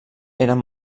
eren